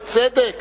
בצדק,